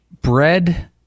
bread